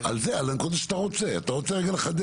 על זה, על מה שאתה רוצה, אתה רוצה לחדד?